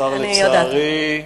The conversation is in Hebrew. השר, לצערי,